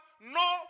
no